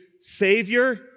Savior